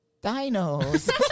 Dinos